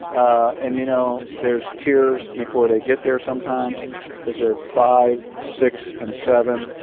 ah and you know, there's tears before they get there sometimes because they're five, six, and seven.